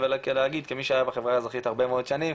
אלא להגיד כמי שהיה בחברה האזרחית הרבה מאוד שנים,